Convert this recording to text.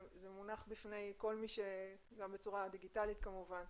זה מונח בפני כל מי שכאן גם בצורה הדיגיטלית כמובן,